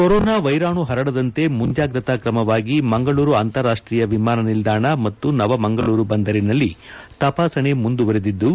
corona ವೈರಾಣು ಪರಡದಂತೆ ಮುಂಜಾಗ್ರತಾ ಕ್ರಮವಾಗಿ ಮಂಗಳೂರು ಅಂತಾರಾಷ್ವೀಯ ವಿಮಾನ ನಿಲ್ದಾಣ ಮತ್ತು ನವಮಂಗಳೂರು ಬಂದರಿನಲ್ಲಿ ತಪಾಸಣೆ ಮುಂದುವರೆದಿದ್ದು